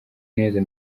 neza